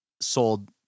Sold